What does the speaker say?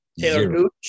Taylor